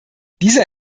dieser